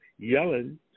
Yellen